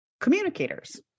communicators